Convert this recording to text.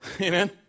Amen